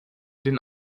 den